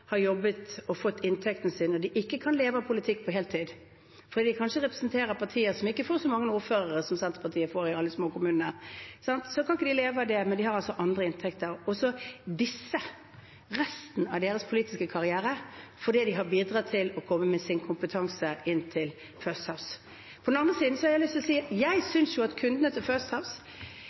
har jobbet og fått inntekten sin når de ikke kan leve av politikk på heltid, for de representerer kanskje partier som ikke får så mange ordførere som Senterpartiet får i alle småkommunene. Så de kan ikke leve av det, men de har altså andre inntekter. Det er resten av deres politiske karriere – fordi de har bidratt med sin kompetanse inn til First House. På den annen side har jeg lyst til å si at jeg synes kundene til